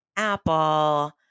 apple